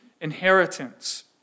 inheritance